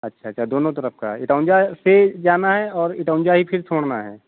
अच्छा अच्छा दोनों तरफ का है इटौन्जा से जाना है और इटौन्जा ही फिर छोड़ना है